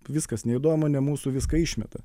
viskas neįdomu ne mūsų viską išmeta